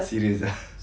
serious ah